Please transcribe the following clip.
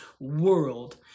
world